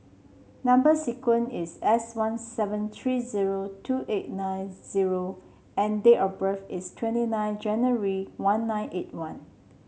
number sequence is S one seven three zero two eight nine zero and date of birth is twenty nine January one nine eight one